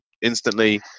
Instantly